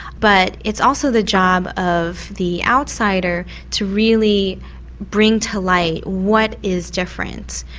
but it's also the job of the outsider to really bring to light what is different.